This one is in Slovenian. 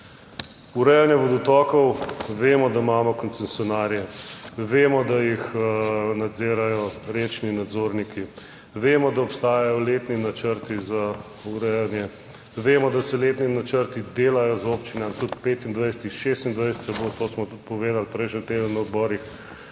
Urejanje vodotokov, vemo, da imamo koncesionarje, vemo, da jih nadzirajo rečni nadzorniki, vemo, da obstajajo letni načrti za urejanje, vemo, da se letni načrti delajo z občinami, tudi 25, 26 se bo, to smo tudi povedali prejšnji teden na odborih.